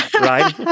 right